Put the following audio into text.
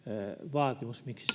vaatimus miksi